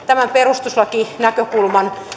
tämän perustuslakinäkökulman